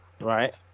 right